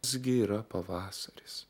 visgi yra pavasaris